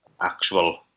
actual